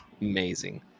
amazing